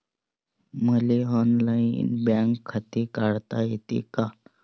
मले online bank खाते काढता येते का?